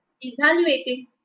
evaluating